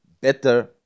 better